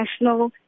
national